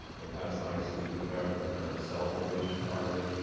panasonic's taking care of the kind of the cell formation part of it.